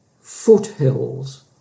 foothills